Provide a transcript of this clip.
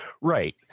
Right